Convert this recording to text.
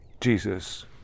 Jesus